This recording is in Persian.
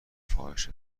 فاحش